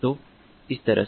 तो इस तरह से